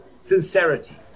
sincerity